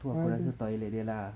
tu aku rasa toilet dia lah